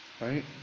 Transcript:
Right